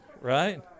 right